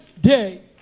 day